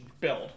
build